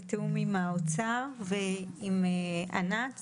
בתיאום עם משרד האוצר ועם ארגון נכי